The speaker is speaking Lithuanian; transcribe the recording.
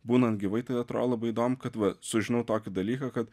būnant gyvai tai atrodo labai įdomu kad va sužinojau tokį dalyką kad